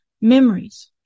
memories